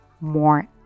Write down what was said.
more